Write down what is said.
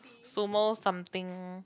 sumo something